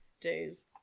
days